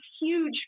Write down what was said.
huge